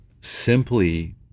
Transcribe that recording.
simply